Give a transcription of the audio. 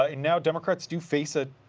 ah and now democrats to face a